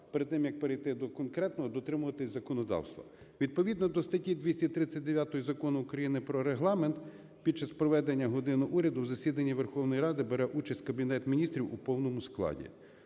перед тим як перейти до конкретного, дотримуватися законодавства. Відповідно до статті 239 Закону України про Регламент під час проведення "години Уряду" в засіданні Верховної Ради бере участь Кабінет Міністрів у повному складі.